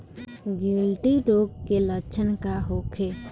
गिल्टी रोग के लक्षण का होखे?